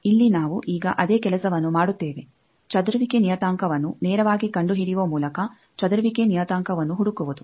ಆದ್ದರಿಂದ ಇಲ್ಲಿ ನಾವು ಈಗ ಅದೇ ಕೆಲಸವನ್ನು ಮಾಡುತ್ತೇವೆ ಚದುರುವಿಕೆ ನಿಯತಾಂಕವನ್ನು ನೇರವಾಗಿ ಕಂಡುಹಿಡಿಯುವ ಮೂಲಕ ಚದುರುವಿಕೆ ನಿಯತಾಂಕವನ್ನು ಹುಡುಕುವುದು